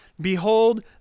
Behold